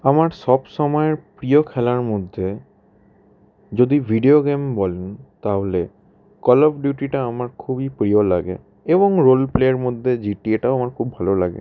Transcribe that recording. আমার সব সময়ের প্রিয় খেলার মধ্যে যদি ভিডিও গেম বলেন তাহলে কল অফ ডিউটিটা আমার খুবই প্রিয় লাগে এবং রোল প্লের মধ্যে জিটিএটাও আমার খুব ভালো লাগে